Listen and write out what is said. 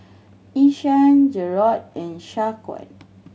Ishaan Jerrold and Shaquan